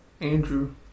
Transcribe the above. Andrew